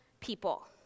people